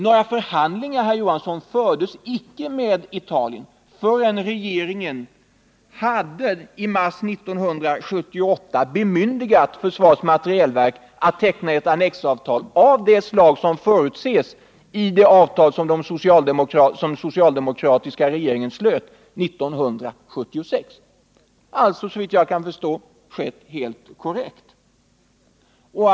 Några förhandlingar, herr Johansson, fördes icke med Italien förrän regeringen i mars 1978 hade bemyndigat försvarets materielverk att teckna ett annexavtal av det slag som förutses i det avtal som den socialdemokratiska regeringen slöt 1976. Såvitt jag förstår har man alltså handlat helt korrekt.